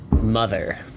mother